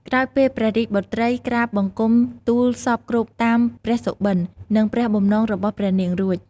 ក្រោយពេលព្រះរាជបុត្រីក្រាបបង្គំទូលសព្វគ្រប់តាមព្រះសុបិន និងព្រះបំណងរបស់ព្រះនាងរួច។